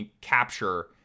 capture